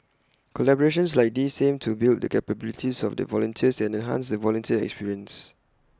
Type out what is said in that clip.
collaborations like these aim to build the capabilities of the volunteers and enhance the volunteer experience